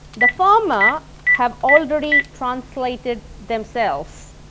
the former have already translated themselves.